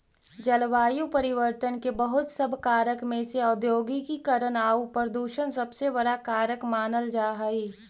जलवायु परिवर्तन के बहुत सब कारक में से औद्योगिकीकरण आउ प्रदूषण सबसे बड़ा कारक मानल जा हई